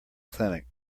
clinic